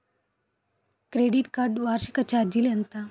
Credit card వార్షిక ఛార్జీలు ఎంత?